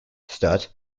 sturt